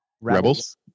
Rebels